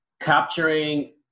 capturing